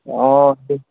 অঁ